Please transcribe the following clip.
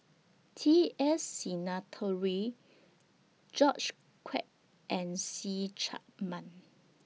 T S Sinnathuray George Quek and See Chak Mun